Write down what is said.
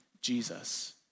Jesus